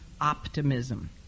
optimism